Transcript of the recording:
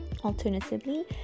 Alternatively